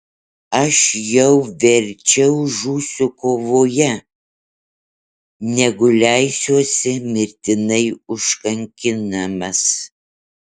aš jau verčiau žūsiu kovoje negu leisiuosi mirtinai užkankinamas